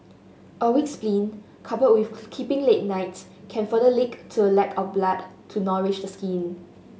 a weak spleen coupled with keeping late nights can further lead to a lack of blood to nourish the skin